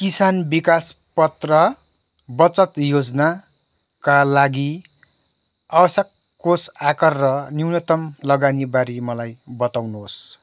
किसान विकास पत्र बचत योजनाका लागि आवश्यक कोष आकार र न्यूनतम लगानीबारे मलाई बताउनुहोस्